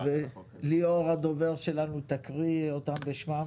ליאור הדובר שלנו, תקריא אותם בשמם.